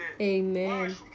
Amen